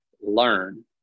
learn